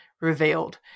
revealed